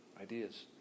Ideas